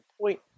point